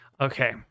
Okay